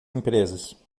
empresas